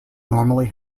normally